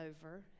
over